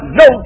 no